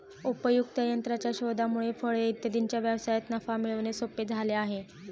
उपयुक्त यंत्राच्या शोधामुळे फळे इत्यादींच्या व्यवसायात नफा मिळवणे सोपे झाले आहे